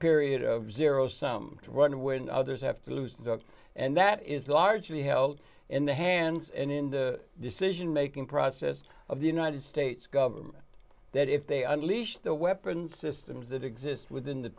period of zero sum run when others have to lose and that is largely held in the hands and in the decision making process of the united states government that if they unleash the weapons systems that exist within the